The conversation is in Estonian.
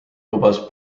lubas